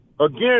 Again